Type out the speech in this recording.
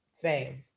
Fame